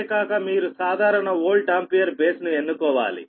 అంతే కాక మీరు సాధారణ వోల్ట్ ఆంపియర్ బేస్ ను ఎన్నుకోవాలి